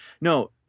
No